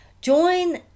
Join